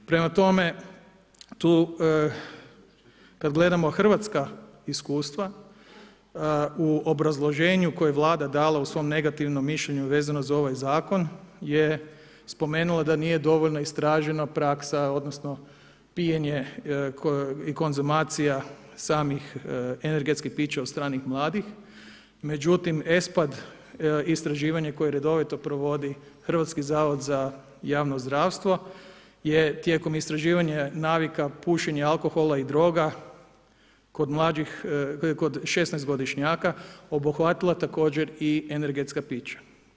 Prema tome tu kad gledamo Hrvatska iskustva, u obrazloženju koje je Vlada dala u svom negativnom mišljenju vezano za ovaj zakon je spomenula da nije dovoljno istražena praksa, odnosno pijenje i konzumacija samih energetskih pića od strane mladih, međutim ESPAD istraživanje koje redovito provodi Hrvatski zavod za javno zdravstvo je tijekom istraživanja navika pušenja, alkohola i droga kod 16 godišnjaka obuhvatila također i energetska pića.